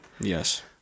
Yes